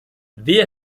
wer